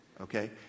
Okay